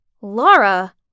Laura